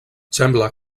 sembla